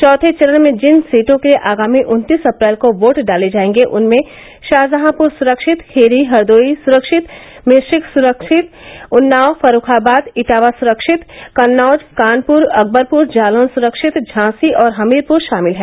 चौथे चरण में जिन सीटों के लिये आगामी उत्तीस अप्रैल को वोट डाले जायेंगे उनमें शाहजहांपर सुरक्षित खीरी हरदोई स्रक्षित मिश्रिख सुरक्षित उन्नाव फर्रूखाबाद इटावा सुरक्षित कन्नौज कानपुर अकबरपुर जालौन सुरक्षित झांसी और हमीरपुर शामिल है